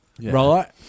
right